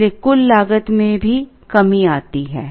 इसलिए कुल लागत भी कम आती है